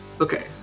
Okay